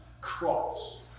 cross